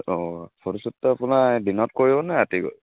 অঁ ফটো শ্বুটটো আপোনাৰ এই দিনত কৰিবনে ৰাতি ক